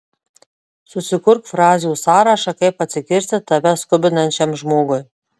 susikurk frazių sąrašą kaip atsikirsti tave skubinančiam žmogui